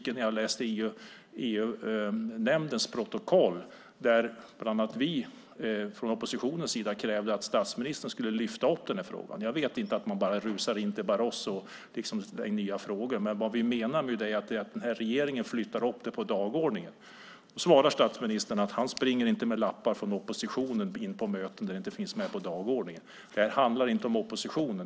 När jag läste EU-nämndens protokoll blev jag ytterst besviken. Oppositionens krav var att statsministern skulle lyfta upp frågan. Nu förstår jag att man inte bara rusar in till Barroso med nya frågor, men det vi menar är att regeringen ska lyfta upp frågan på dagordningen. Svaret från statsministern var att han inte springer in på möten med lappar från oppositionen när ärendet inte finns med på dagordningen. Det handlar emellertid inte om oppositionen.